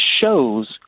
shows